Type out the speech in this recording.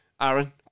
Aaron